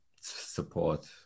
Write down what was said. support